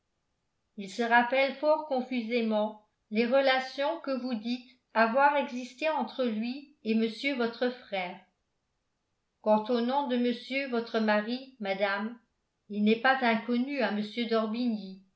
il se rappelle fort confusément les relations que vous dites avoir existé entre lui et monsieur votre frère quant au nom de monsieur votre mari madame il n'est pas inconnu à